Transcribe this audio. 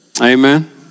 Amen